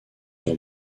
sur